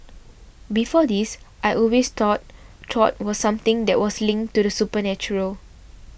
before this I always thought Tarot was something that was linked to the supernatural